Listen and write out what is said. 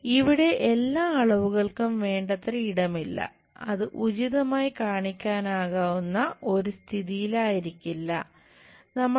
ഇവിടെ എല്ലാ അളവുകൾക്കും വേണ്ടത്ര ഇടമില്ല അത് ഉചിതമായി കാണിക്കുവാനാകുന്ന ഒരു സ്ഥിതിയിലായിരിക്കില്ല നമ്മൾ